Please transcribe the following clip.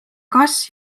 kas